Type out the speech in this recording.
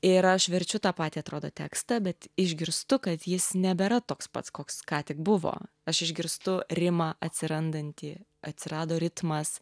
ir aš verčiu tą patį atrodo tekstą bet išgirstu kad jis nebėra toks pats koks ką tik buvo aš išgirstu rimą atsirandantį atsirado ritmas